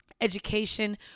education